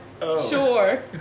Sure